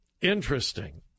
Interesting